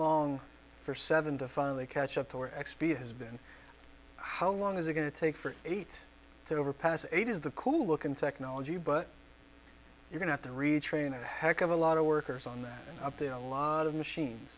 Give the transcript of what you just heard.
long for seven to finally catch up or x p has been how long is it going to take for eight to overpass eight is the cool looking technology but you're going to retrain a heck of a lot of workers on that up there a lot of machines